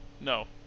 No